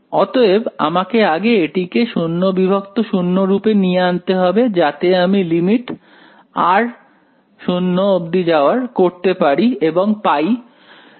অতএব আমাকে আগে এটিকে 0 বিভক্ত 0 রুপে নিয়ে আনতে হবে যাতে আমি করতে পারি এবং পাই log1r2